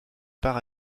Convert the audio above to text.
par